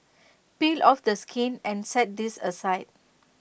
peel off the skin and set this aside